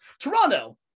toronto